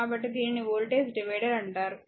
కాబట్టి దీనిని voltage divider అంటారు